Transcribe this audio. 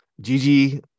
Gigi